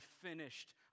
finished